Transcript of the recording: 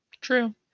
True